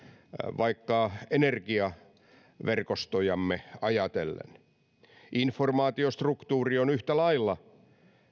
vaikka energiaverkostojamme ajatellen informaatiostruktuuri on yhtä lailla